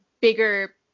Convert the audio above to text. bigger